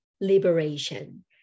liberation